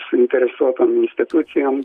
suinteresuotom institucijom